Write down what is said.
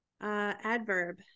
Adverb